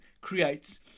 creates